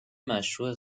مشروح